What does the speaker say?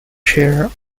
chair